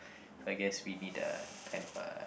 so I guess we need uh kind of uh